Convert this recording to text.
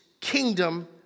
kingdom